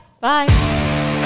Bye